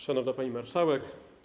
Szanowna Pani Marszałek!